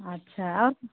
अच्छा और कहाँ